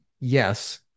yes